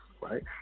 right